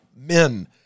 Men